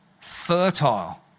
fertile